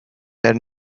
there